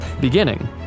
beginning